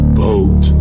boat